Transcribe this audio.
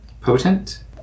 potent